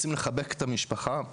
רוצים לחבק את המשפחה,